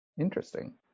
Interesting